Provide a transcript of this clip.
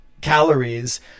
calories